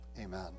amen